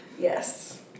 yes